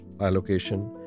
allocation